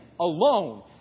alone